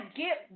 get